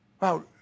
wow